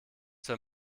zur